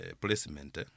placement